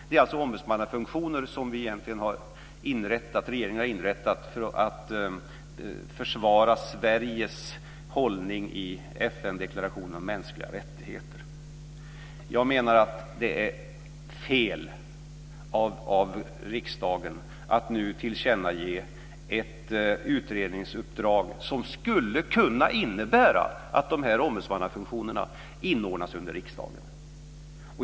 Det är alltså ombudsmannafunktioner som regeringen egentligen har inrättat för att försvara Sveriges hållning i FN-deklarationen om mänskliga rättigheter. Jag menar att det är fel av riksdagen att nu tillkännage ett utredningsuppdrag som skulle kunna innebära att dessa ombudsmannafunktioner inordnas under riksdagen.